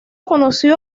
conoció